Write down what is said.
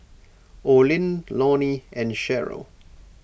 Olin Lonnie and Sheryll